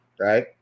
right